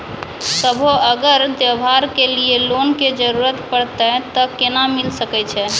कभो अगर त्योहार के लिए लोन के जरूरत परतै तऽ केना मिल सकै छै?